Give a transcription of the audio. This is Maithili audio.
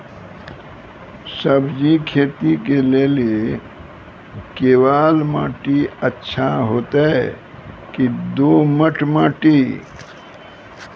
सब्जी खेती के लेली केवाल माटी अच्छा होते की दोमट माटी?